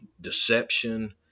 deception